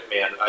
man